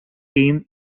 game